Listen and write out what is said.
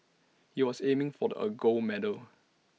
he was aiming for the A gold medal